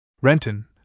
Renton